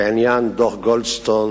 בעניין דוח גולדסטון